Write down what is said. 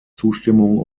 zustimmung